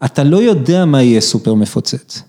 ‫אתה לא יודע מה יהיה סופר מפוצץ.